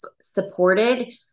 supported